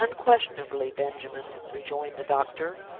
unquestionably, benjamin, rejoined the doctor.